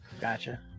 gotcha